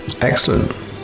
Excellent